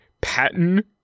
Patton